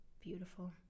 beautiful